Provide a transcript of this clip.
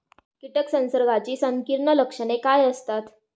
कीटक संसर्गाची संकीर्ण लक्षणे काय असतात?